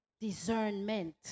discernment